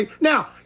Now